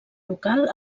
local